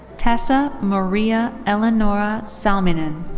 tessa maria ellinoora salminen.